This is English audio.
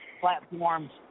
platforms